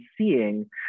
seeing